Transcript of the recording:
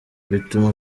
bituma